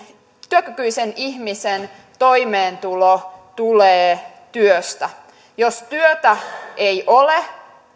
työkykyisen ihmisen toimeentulo tulee työstä jos työtä ei ole